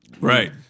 right